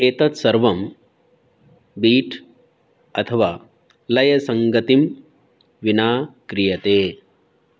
एतत् सर्वं बीट् अथवा लयसङ्गतिं विना क्रियते